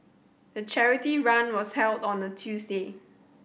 the charity run was held on the Tuesday